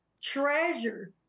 treasure